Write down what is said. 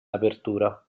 apertura